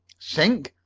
sink?